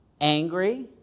angry